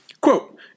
Quote